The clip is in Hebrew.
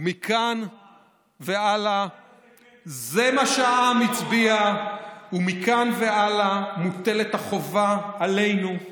זה מה שהעם הצביע, זה לא מה שהצביע העם.